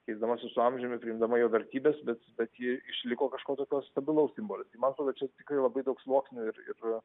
keisdamasis su amžiumi priimdama jo vertybes bet bet ji išliko kažko tokio stabilaus simboliu tai man atrodo čia tikrai labai daug sluoksnių ir ir